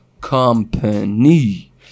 company